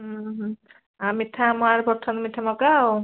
ହୁଁ ହୁଁ ଆ ମିଠା ଆମ ଆଡ଼େ ପଠାନ୍ତୁ ମିଠା ମକା ଆଉ